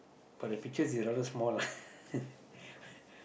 but the picture is rather small lah